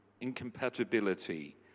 incompatibility